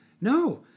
No